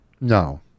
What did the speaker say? No